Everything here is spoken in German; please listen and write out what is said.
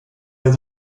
der